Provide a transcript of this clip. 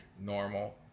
normal